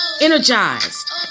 energized